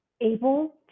able